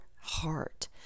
heart